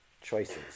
choices